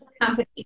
company